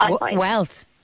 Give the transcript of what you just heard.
Wealth